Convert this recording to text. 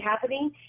happening